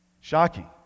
Shocking